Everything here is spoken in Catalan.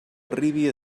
arribi